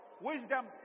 wisdom